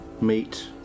meet